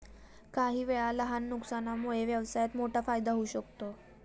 काहीवेळा लहान नुकसानामुळे व्यवसायात मोठा फायदा होऊ शकतो